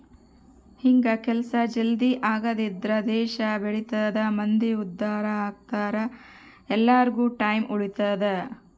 ಹಿಂಗ ಕೆಲ್ಸ ಜಲ್ದೀ ಆಗದ್ರಿಂದ ದೇಶ ಬೆಳಿತದ ಮಂದಿ ಉದ್ದಾರ ಅಗ್ತರ ಎಲ್ಲಾರ್ಗು ಟೈಮ್ ಉಳಿತದ